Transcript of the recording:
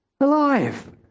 alive